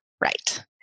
right